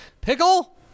Pickle